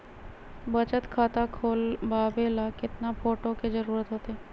बचत खाता खोलबाबे ला केतना फोटो के जरूरत होतई?